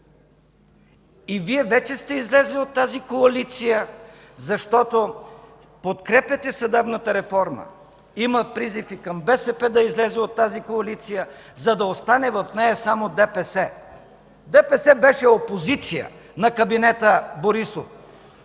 Вие вече сте излезли от тази коалиция, защото подкрепяте съдебната реформа. Има призив и към БСП да излезе от тази коалиция, за да остане в нея само ДПС. Движението за права и свободи беше опозиция на кабинета Борисов.